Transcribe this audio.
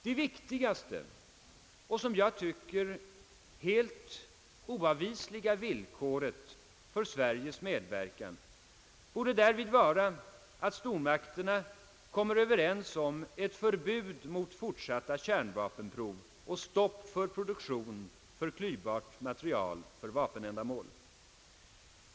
Det viktigaste och enligt min mening helt oavvisliga villkoret för Sveriges medverkan borde därvid vara att stormakterna kommer överens om ett förbud mot fortsatta kärnvapenprov och stopp för produktion av klyvbart material för vapenändamål.